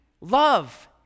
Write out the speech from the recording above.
love